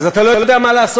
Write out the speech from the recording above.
עוד כמה שניות אתה צריך?